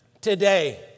today